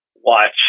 watch